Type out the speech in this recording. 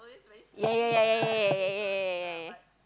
ya ya ya ya ya ya ya ya